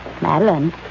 Madeline